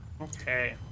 okay